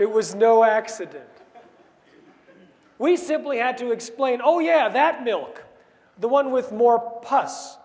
it was no accident we simply had to explain oh yeah that milk the one with more pu